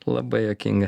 labai juokinga